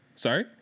Sorry